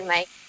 Mike